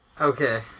Okay